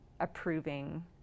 approving